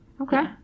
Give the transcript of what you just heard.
Okay